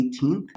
18th